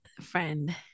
friend